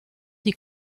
die